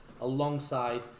alongside